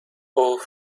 اُه